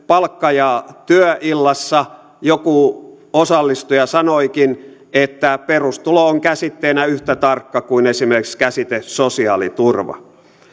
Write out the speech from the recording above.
palkka ja työillassa joku osallistuja sanoikin että perustulo on käsitteenä yhtä tarkka kuin esimerkiksi käsite sosiaaliturva